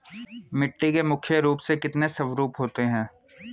मिट्टी के मुख्य रूप से कितने स्वरूप होते हैं?